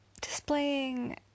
displaying